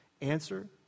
Answer